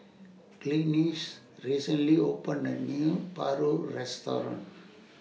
Glynis recently opened A New Paru Restaurant